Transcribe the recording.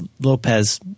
Lopez